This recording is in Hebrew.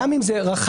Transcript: גם אם זה רחב,